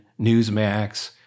Newsmax